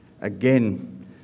Again